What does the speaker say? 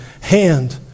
hand